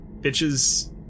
bitches